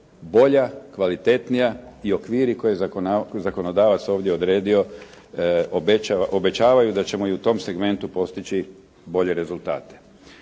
bolja, kvalitetnija i okviri koje je zakonodavac ovdje odredio obećavaju da ćemo i u tom segmentu postići bolje rezultate.